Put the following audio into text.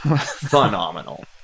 Phenomenal